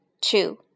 two